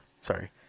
Sorry